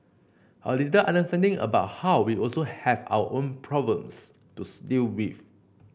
a little understanding about how we also have our own problems to still with